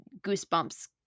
Goosebumps